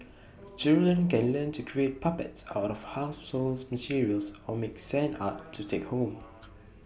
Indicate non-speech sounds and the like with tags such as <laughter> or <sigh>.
<noise> children can learn to create puppets out of households materials or make sand art <noise> to take home